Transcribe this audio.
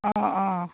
অঁ অঁ